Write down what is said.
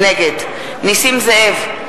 נגד נסים זאב,